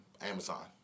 Amazon